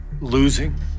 losing